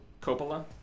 Coppola